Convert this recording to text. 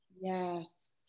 Yes